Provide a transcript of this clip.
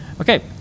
Okay